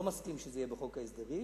לא מסכים שזה יהיה בחוק ההסדרים,